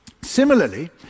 Similarly